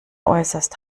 äußerst